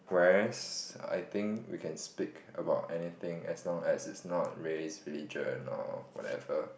whereas I think we can speak about anything as long as it's not race religion or whatever